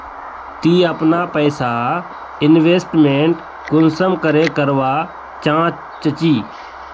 ती अपना पैसा इन्वेस्टमेंट कुंसम करे करवा चाँ चची?